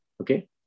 Okay